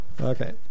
Okay